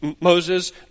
Moses